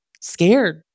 scared